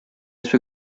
sue